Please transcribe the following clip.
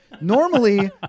Normally